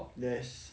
yes